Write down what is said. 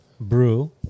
brew